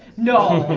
no.